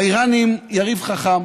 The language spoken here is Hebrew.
האיראנים הם יריב חכם,